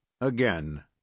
Again